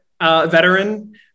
veteran